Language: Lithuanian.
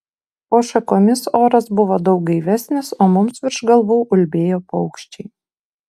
po šakomis oras buvo daug gaivesnis o mums virš galvų ulbėjo paukščiai